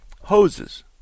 Hoses